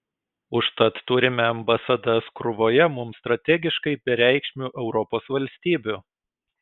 užtat turime ambasadas krūvoje mums strategiškai bereikšmių europos valstybių